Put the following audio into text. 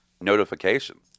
notifications